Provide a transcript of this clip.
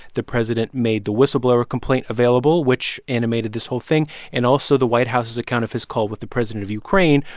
the president made the whistleblower complaint available, which animated this whole thing and also the white house's account of his call with the president of ukraine,